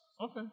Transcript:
Okay